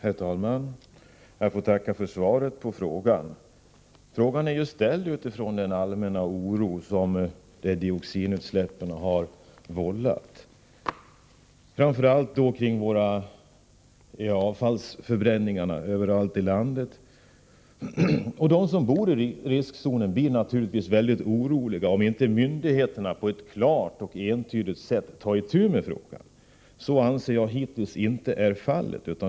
Herr talman! Jag får tacka för svaret på frågan. Frågan är ställd med anledning av den allmänna oro som dioxinutsläppen har vållat, framför allt kring avfallsförbränningsanläggningarna överallt i landet. De som bor i riskzonen blir naturligtvis mycket oroliga om inte myndigheterna på ett klart och entydigt sätt tar itu med frågan. Så har, anser jag, hittills inte varit fallet.